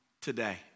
today